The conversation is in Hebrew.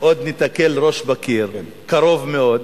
עוד ניתקל ראש בקיר, קרוב מאוד,